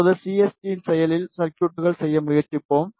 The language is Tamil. இப்போது சிஎஸ்டியில் செயலில் சர்குய்ட்கள் செய்ய முயற்சிப்போம்